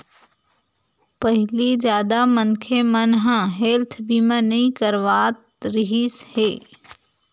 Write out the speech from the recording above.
पहिली जादा मनखे मन ह हेल्थ बीमा नइ करवात रिहिस हे